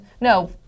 No